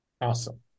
Awesome